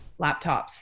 laptops